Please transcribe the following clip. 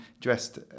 dressed